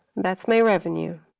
that's my revenue.